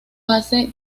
hace